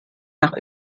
nach